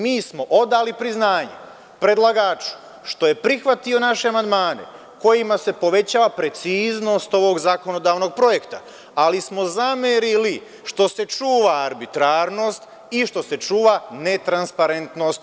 Mi smo odali priznanje predlagaču što je prihvatio naše amandmane kojima se povećava preciznost ovog zakonodavnog projekta, ali smo zamerili što se čuva arbitrarnost i što se čuva netransparentnost.